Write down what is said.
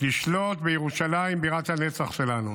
לשלוט בירושלים בירת הנצח שלנו,